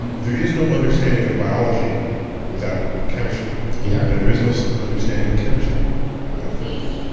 and there is no understanding of biology without chemistry. yeah and there is no so understanding of chemistry without physics.